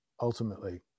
ultimately